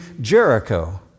Jericho